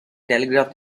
telegraph